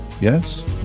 Yes